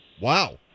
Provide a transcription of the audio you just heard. Wow